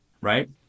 right